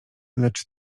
lecz